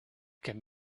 can